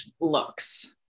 looks